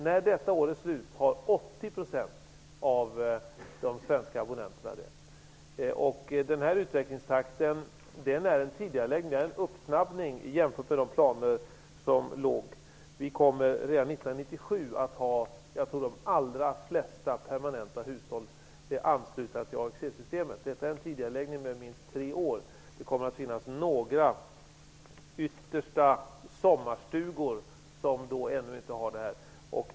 När detta år är slut har Den här utvecklingstakten är en uppsnabbning jämfört med de planer som fanns. Vi kommer redan 1997 att ha de allra flesta permanenta hushållen anslutna till AXE-systemet. Detta är en tidigareläggning med minst tre år. Det kommer att finnas några sommarstugor som då ännu inte har detta.